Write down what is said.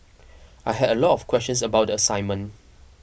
I had a lot of questions about the assignment